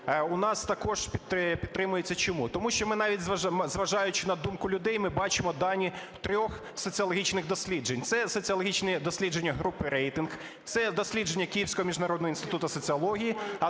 у нас також підтримується. Чому? Тому що ми, навіть зважаючи на думку людей, ми бачимо дані трьох соціологічних досліджень. Це соціологічні дослідження групи "Рейтинг", це дослідження Київського